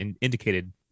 indicated